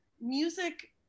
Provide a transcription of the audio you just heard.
music